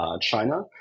China